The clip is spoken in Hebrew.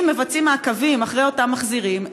אם מבצעים מעקבים אחרי אותם מחזירים,